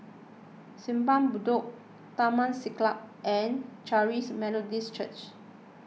Simpang Bedok Taman Siglap and Charis Methodist Church